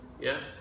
Yes